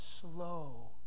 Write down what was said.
slow